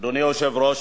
אדוני היושב-ראש,